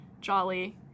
jolly